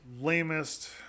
lamest